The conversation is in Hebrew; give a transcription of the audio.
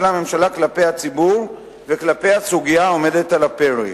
הממשלה כלפי הציבור וכלפי הסוגיה העומדת על הפרק.